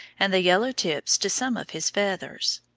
and the yellow tips to some of his feathers.